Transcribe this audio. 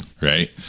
right